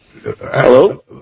Hello